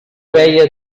veia